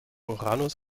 uranus